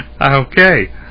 Okay